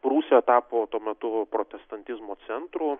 prūsija tapo tuo metu protestantizmo centru